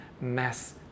mass